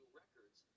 records